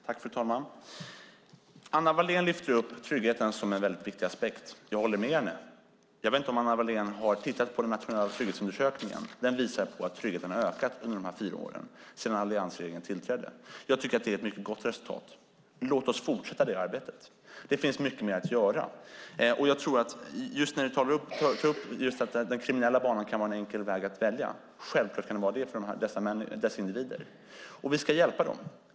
Fru talman! Anna Wallén lyfter upp tryggheten som en väldigt viktig aspekt. Jag håller med henne. Jag vet inte om Anna Wallén har tittat på den nationella trygghetsundersökningen. Den visar att tryggheten har ökat under de senaste fyra åren, sedan alliansregeringen tillträdde. Jag tycker att det är ett mycket gott resultat. Låt oss fortsätta det arbetet! Det finns mycket mer att göra. Du tar upp att den kriminella banan kan vara en enkel väg att välja. Självklart kan det vara det för dessa individer. Och vi ska hjälpa dem.